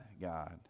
God